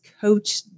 Coach